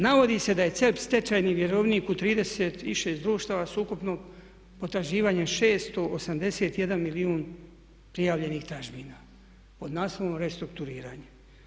Navodi se da je Cerp stečajni vjerovnik u 36 društava s ukupno potraživanje 681 milijun prijavljenih tražbina pod naslovom restrukturiranje.